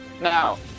Now